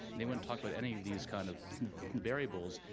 they wouldn't talk about any of these kind of variables,